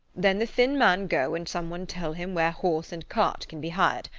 then the thin man go and some one tell him where horse and cart can be hired.